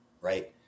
Right